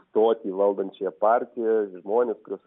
stoti į valdančiąją partiją žmonės kuriuos